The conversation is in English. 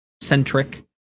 centric